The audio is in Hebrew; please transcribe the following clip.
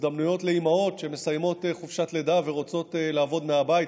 הזדמנויות לאימהות שמסיימות חופשת לידה ורוצות לעבוד מהבית,